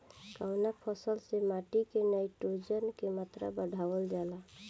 कवना फसल से माटी में नाइट्रोजन के मात्रा बढ़ावल जाला?